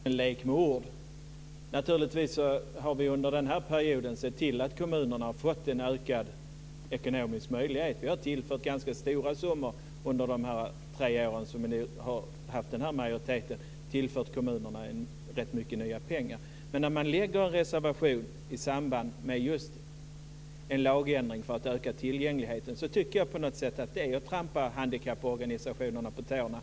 Fru talman! Det är lite av en lek med ord. Naturligtvis har vi under den här perioden sett till att kommunerna har fått en förbättrad ekonomisk möjlighet. Vi har tillfört ganska stora summor. Under de år då vi har haft den här majoriteten har vi tillfört kommunerna rätt mycket nya pengar. När man lägger fram en reservation i samband med just en lagändring för att öka tillgängligheten tycker jag på något sätt att det är att trampa handikapporganisationerna på tårna.